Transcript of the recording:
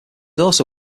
also